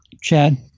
Chad